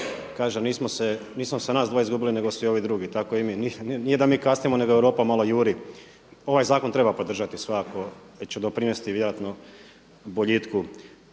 kaže nismo se nas dvoje izgubili nego su ovi drugi. Tako i mi. Nije da mi kasnimo nego Europa malo juri. Ovaj zakon treba podržati svakako jer će doprinesti vjerojatno boljitku.